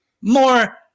more